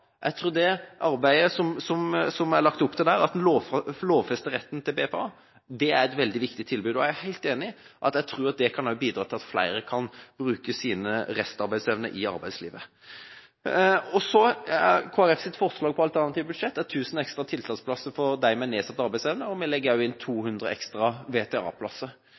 lagt opp til der – at en lovfester retten til VTA. Det er et veldig viktig tilbud, og jeg tror også at det kan bidra til at flere kan bruke sin restarbeidsevne i arbeidslivet. Kristelig Folkeparti foreslår i sitt alternative budsjett 1 000 ekstra tiltaksplasser for dem med nedsatt arbeidsevne, og vi legger også inn 200 ekstra